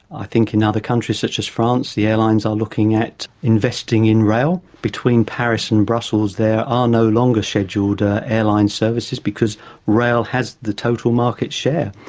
i think in other countries such as france the airlines are looking at investing in rail. between paris and brussels there are no longer scheduled ah airline services because rail has the total market share.